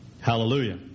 Hallelujah